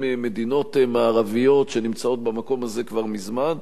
מדינות מערביות שנמצאות במקום הזה כבר מזמן,